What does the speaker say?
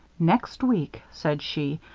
next week, said she,